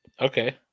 Okay